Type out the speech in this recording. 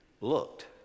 looked